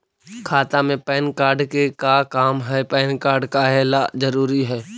खाता में PAN card के का काम है पैन कार्ड काहे ला जरूरी है?